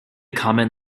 common